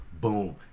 Boom